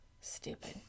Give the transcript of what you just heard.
Stupid